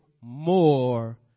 more